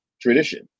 tradition